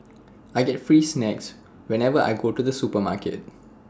I get free snacks whenever I go to the supermarket